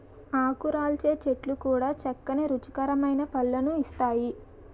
ఆకురాల్చే చెట్లు కూడా చక్కని రుచికరమైన పళ్ళను ఇస్తాయి